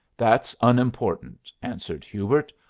that's unimportant, answered hubert.